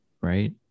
right